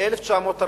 1948